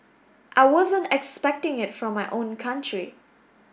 I wasn't expecting it from my own country